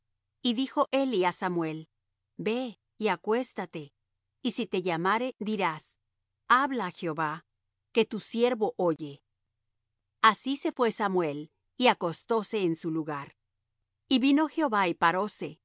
y dijo eli á samuel ve y acuéstate y si te llamare dirás habla jehová que tu siervo oye así se fué samuel y acostóse en su lugar y vino jehová y paróse